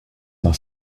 nach